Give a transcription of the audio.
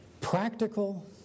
practical